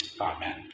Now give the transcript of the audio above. Amen